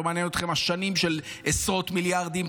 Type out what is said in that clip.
לא מעניין אתכם השנים של עשרות מיליארדים.